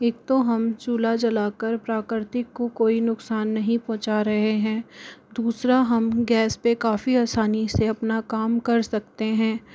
एक तो हम चूल्हा जलाकर प्रकृति को कोई नुकसान नहीं पहुँचा रहे हैं दूसरा हम गैस पर काफी असानी से अपना काम कर सकते हैं